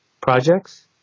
projects